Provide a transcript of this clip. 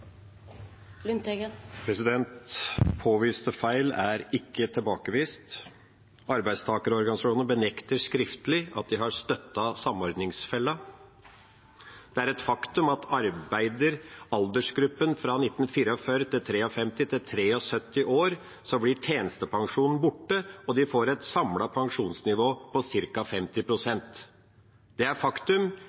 Lundteigen har hatt ordet to ganger tidligere og får ordet til en kort merknad, begrenset til 1 minutt. Påviste feil er ikke tilbakevist. Arbeidstakerorganisasjonene benekter skriftlig at de har støttet samordningsfella. Det er et faktum at arbeider aldersgruppa født fra 1944 til 1953 til fylte 73 år, blir tjenestepensjonen borte, og de får et